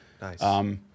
Nice